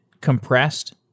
compressed